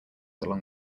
along